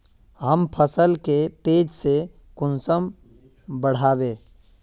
हम फसल के तेज से कुंसम बढ़बे?